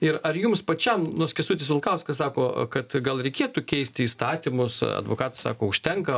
ir ar jums pačiam nors kęstutis vilkauskas sako kad gal reikėtų keisti įstatymus advokatas sako užtenka